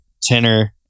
tenor